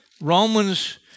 Romans